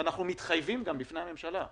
ואנחנו גם מתחייבים כאן בפני הממשלה,